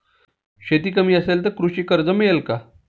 शेती कमी असेल तर कृषी कर्ज मिळेल का?